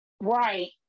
right